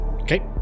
Okay